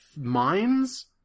mines